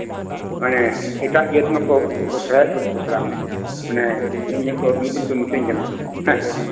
ᱢᱟᱱᱮ ᱮᱴᱟᱜ ᱡᱟᱹᱛ ᱢᱟᱠᱚ ᱯᱚᱥᱲᱟᱭᱮᱫ ᱵᱚᱱ ᱯᱚᱥᱲᱟᱢᱟ ᱢᱟᱱᱮ ᱤᱧ ᱦᱚᱸᱠᱚ ᱢᱤᱫᱫᱤᱱ ᱠᱚ ᱢᱮᱛᱟᱹᱧ ᱠᱟᱱᱟ ᱦᱮᱸ